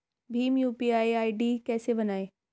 Bhim UPI ID कैसे बनाएं?